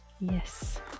yes